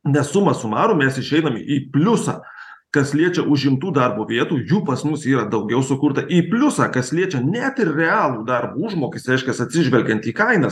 nes suma sumarum mes išeinam į pliusą kas liečia užimtų darbo vietų jų pas mus yra daugiau sukurta į pliusą kas liečia net ir realų darbo užmokestį reiškias atsižvelgiant į kainas